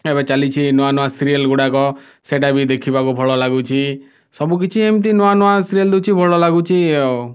ଏବେ ଚାଲିଛି ନୂଆ ନୂଆ ସିରିଏଲ୍ ଗୁଡ଼ାକ ସେଇଟା ବି ଦେଖିବାକୁ ଭଲ ଲାଗୁଛି ସବୁକିଛି ଏମିତି ନୂଆ ନୂଆ ସିରିଏଲ୍ ଦେଉଛି ଭଲ ଲାଗୁଛି ଆଉ